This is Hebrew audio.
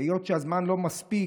והיות שהזמן לא מספיק,